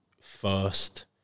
first